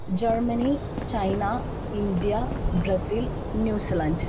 Germany China India Brazil New Zealand